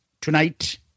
Tonight